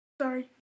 Sorry